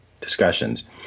discussions